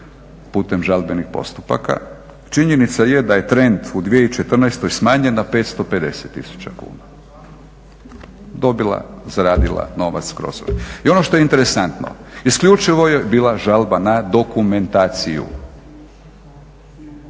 putem žalbenih postupaka. Činjenica je da je trend u 2014. smanjen na 550 tisuća kuna, dobila, zaradila novac kroz …/Govornik se ne razumije./… I ono što je interesantno, isključivo je bila žalba na dokumentaciju.